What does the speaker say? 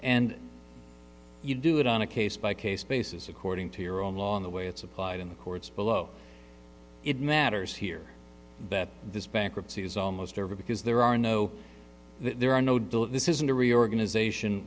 and you do it on a case by case basis according to your own law in the way it's applied in the courts below it matters here that this bankruptcy is almost over because there are no there are no deal this isn't a reorganization